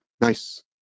Nice